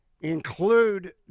include